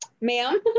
Ma'am